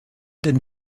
den